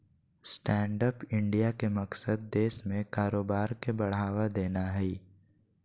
stand up India के मकसद देश में कारोबार के बढ़ावा देना हइ